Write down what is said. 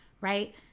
Right